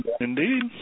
indeed